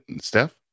Steph